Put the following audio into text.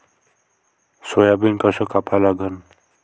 Soybean कस कापा लागन?